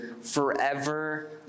forever